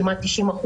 כמעט 90%,